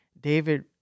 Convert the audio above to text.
David